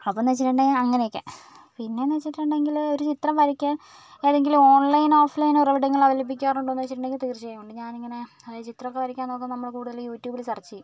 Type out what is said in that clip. അപ്പോന്നു വെച്ചിട്ടുണ്ടെങ്കിൽ അങ്ങനെയൊക്കെ പിന്നെന്നു വെച്ചിട്ടുണ്ടെങ്കിൽ ഒരു ചിത്രം വരയ്ക്കാൻ ഏതെങ്കിലും ഓൺലൈൻ ഓഫ് ലൈൻ ഉറവിടങ്ങൾ ലഭിക്കാറുണ്ടോന്ന് ചോദിച്ചിട്ടുണ്ടെങ്കിൽ തീർച്ചയായും ഉണ്ട് ഞാനിങ്ങനെ ചിത്രമൊക്കെ വരയ്ക്കാൻ നോക്കുമ്പം നമ്മൾ കൂടുതൽ യൂട്യൂബിൽ സെർച്ച് ചെയ്യും